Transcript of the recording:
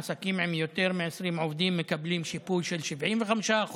עסקים עם עד 20 עובדים מקבלים שיפוי של 75%,